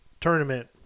tournament